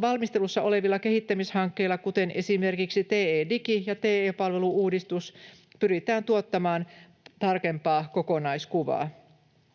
Valmistelussa olevilla kehittämishankkeilla, kuten esimerkiksi TE-digillä ja TE-palvelu-uudistuksella, pyritään tuottamaan tarkempaa kokonaiskuvaa.